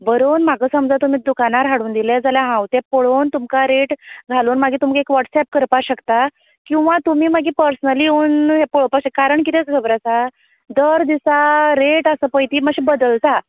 बरोवन म्हाका समजा तुमी दुकानार हाडून दिलें जाल्यार हांव तुमकां पळोवन तुमकां रेट घालून मागीर तुमकां एक वॉट्सऍप करपा शकता किंवा तुमी मागीर परसनली येवन पळोवपाचें कारण कितें खबर आसा दर दिसा रेट आसा पय ती मात्शी बदलता